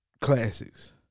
classics